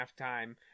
halftime